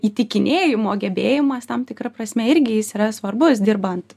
įtikinėjimo gebėjimas tam tikra prasme irgi jis yra svarbus dirbant